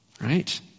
right